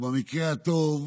ובמקרה הטוב,